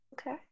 Okay